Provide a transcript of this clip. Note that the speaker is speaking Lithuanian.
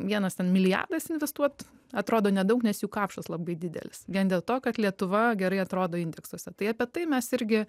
vienas ten milijardas investuot atrodo nedaug nes jų kapšas labai didelis vien dėl to kad lietuva gerai atrodo indeksuose tai apie tai mes irgi